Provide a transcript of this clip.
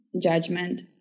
judgment